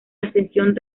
ascensión